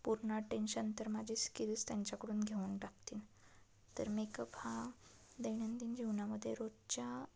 पूर्ण अटेन्शन तर माझे स्किल्स त्यांच्याकडून घेऊन टाकतील तर मेकअप हा दैनंदिन जीवनामध्ये रोजच्या